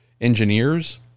engineers